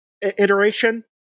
iteration